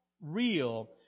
real